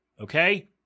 Okay